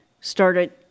started